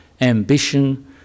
ambition